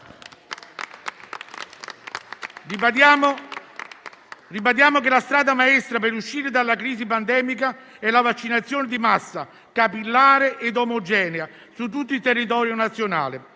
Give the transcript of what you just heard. Ribadiamo che la strada maestra per uscire dalla crisi pandemica è la vaccinazione di massa, capillare ed omogenea su tutto il territorio nazionale.